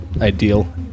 ideal